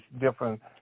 different